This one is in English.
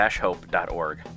hope.org